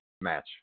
match